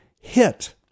hit